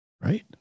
right